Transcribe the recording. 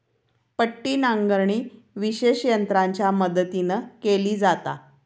पट्टी नांगरणी विशेष यंत्रांच्या मदतीन केली जाता